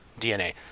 DNA